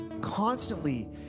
constantly